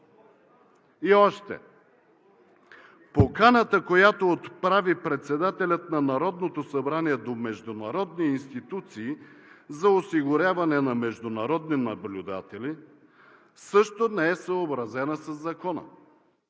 И още – поканата, която отправи председателят на Народното събрание до международни институции за осигуряване на международни наблюдатели, също не е съобразена със закона,